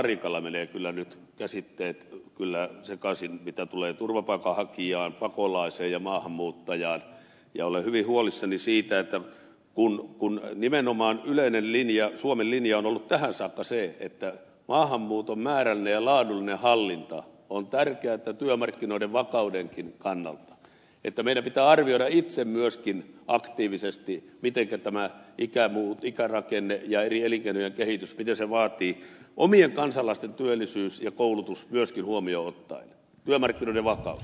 larikalla menevät kyllä nyt käsitteet sekaisin mitä tulee turvapaikanhakijaan pakolaiseen ja maahanmuuttajaan ja olen hyvin huolissani siitä kun nimenomaan yleinen suomen linja on ollut tähän saakka se että maahanmuuton määrällinen ja laadullinen hallinta on tärkeää työmarkkinoiden vakaudenkin kannalta että meidän pitää arvioida itse myöskin aktiivisesti mitä tämä ikärakenne ja eri elinkeinojen kehitys vaatii omien kansalaisten työllisyys ja koulutus myöskin huomioon ottaen työmarkkinoiden vakaus